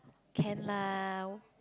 can lah